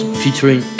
featuring